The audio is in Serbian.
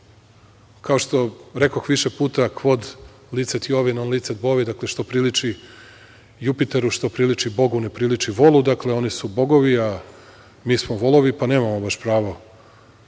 što rekoh više puta: „Quod liced lovi, non liced bovi“, dakle - što priliči Jupiteru, što priliči Bogu, ne priliči volu. Dakle, oni su bogovi, a mi smo volovi, pa nemamo baš pravo,